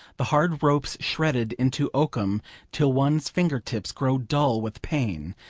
the hard ropes shredded into oakum till one's finger-tips grow dull with pain,